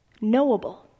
knowable